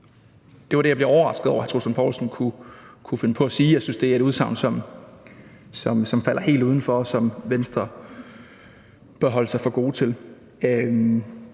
Det var det, jeg blev overrasket over at hr. Troels Lund Poulsen kunne finde på at sige. Jeg synes, det er et udsagn, som falder helt uden for, og som man i Venstre bør holde sig for god til